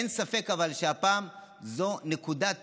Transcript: אבל אין ספק שהפעם זאת נקודת